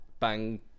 bang